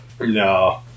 No